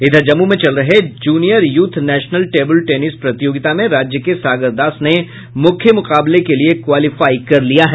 इधर जम्मू में चल रहे junior youth national table tennis प्रतियोगिता में राज्य के सागर दास ने मुख्य मुकाबले के लिये क्वालीफाइ कर लिया है